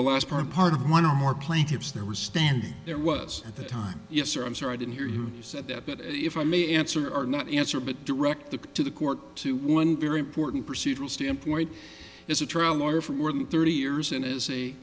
the last part part of one or more plaintiffs there was standing there was at the time yes or i'm sorry i didn't hear you said that but if i may answer or not answer but direct the to the court to one very important procedural standpoint is a trial lawyer for more than thirty years and as a